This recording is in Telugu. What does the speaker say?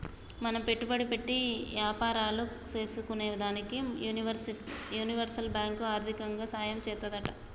మనం పెట్టుబడి పెట్టి యాపారాలు సేసుకునేదానికి యూనివర్సల్ బాంకు ఆర్దికంగా సాయం చేత్తాదంట